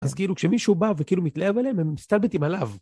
אז כאילו כשמישהו בא וכאילו מתלהב עליהם, הם מסתלבטים עליו.